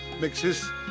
mixes